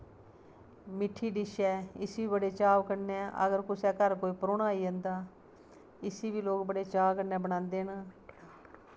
मिट्ठी डिश ऐ इसी बड़े चाव कन्नै अगर कुसै दे घर कोई परौह्ना आई जंदा इसी बी लोग बड़े चाऽ कन्नै बनांदे न